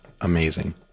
amazing